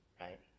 right